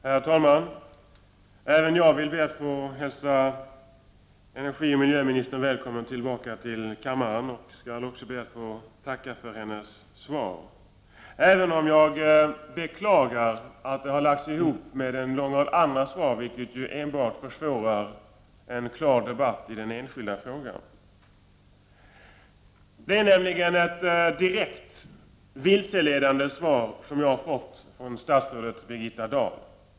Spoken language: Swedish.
Herr talman! Även jag vill hälsa miljöoch energiministern välkommen tillbaka till kammaren, och jag ber också att få tacka för hennes svar. Jag beklagar att svaret på min interpellation har lagts samman med en lång rad andra svar, vilket enbart försvårar en klar debatt i den enskilda frågan. Det är ett direkt vilseledande svar som jag har fått från statsrådet Birgitta Dabhl.